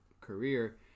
career